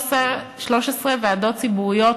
מ-13 ועדות ציבוריות